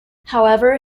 however